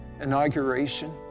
inauguration